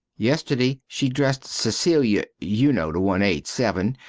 yesterday she dresst cecilia, you no the one aged seven,